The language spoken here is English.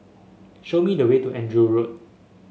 show me the way to Andrew Road